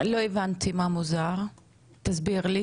לא הבנתי מה מוזר, תסביר לי.